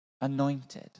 anointed